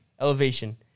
Elevation